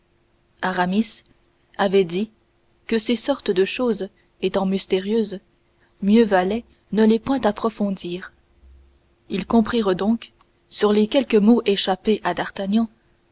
avait dit que ces sortes de choses étant mystérieuses mieux valait ne les point approfondir ils comprirent donc sur les quelques mots échappés à d'artagnan